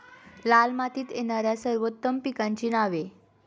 लाल मातीत येणाऱ्या सर्वोत्तम पिकांची नावे?